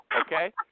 okay